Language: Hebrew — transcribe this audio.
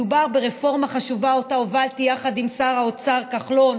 מדובר ברפורמה חשובה שאותה הובלתי יחד עם שר האוצר כחלון,